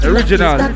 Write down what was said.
Original